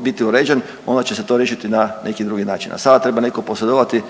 biti uređen onda će se to riješiti na neki drugi način, a sada treba netko posredovati